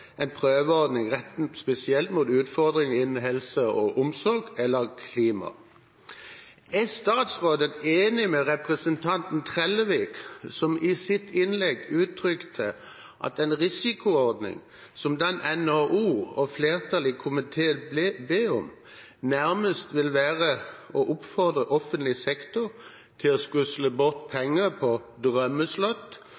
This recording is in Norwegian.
en prøveordning rettet spesielt mot utfordringer innen helse og omsorg eller klima. Er statsråden enig med representanten Trellevik, som i sitt innlegg uttrykte at en risikoordning som den NHO og flertallet i komiteen ber om, nærmest vil være å oppfordre offentlig sektor til å skusle bort